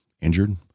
injured